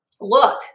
look